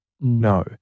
No